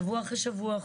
שבוע אחרי שבוע,